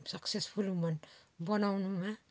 successful woman बनाउनुमा